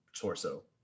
torso